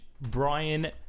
Brian